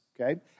okay